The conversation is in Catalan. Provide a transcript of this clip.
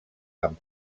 amb